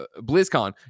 BlizzCon